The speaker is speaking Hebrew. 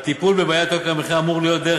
הטיפול בבעיית יוקר המחיה אמור להיות דרך